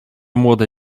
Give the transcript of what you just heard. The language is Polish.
młode